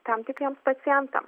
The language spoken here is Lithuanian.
tam tikriems pacientam